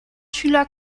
schüler